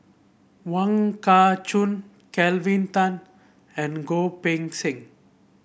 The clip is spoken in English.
Wong Kah Chun Kelvin Tan and Goh Poh Seng